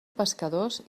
pescadors